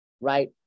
right